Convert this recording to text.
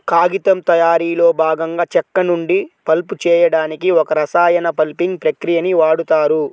కాగితం తయారీలో భాగంగా చెక్క నుండి పల్ప్ చేయడానికి ఒక రసాయన పల్పింగ్ ప్రక్రియని వాడుతారు